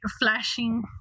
flashing